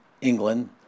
England